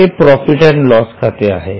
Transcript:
हे profit and loss खाते आहे